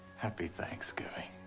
happy thanksgiving.